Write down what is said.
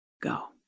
go